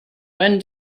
when